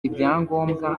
ibyangombwa